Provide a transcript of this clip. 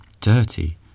dirty